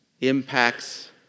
impacts